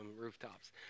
Rooftops